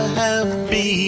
happy